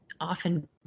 often